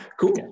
Cool